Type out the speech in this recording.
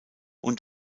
und